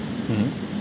mmhmm